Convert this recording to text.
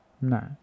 No